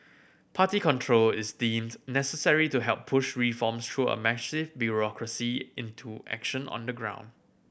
party control is deemed necessary to help push reforms through a massive bureaucracy into action on the ground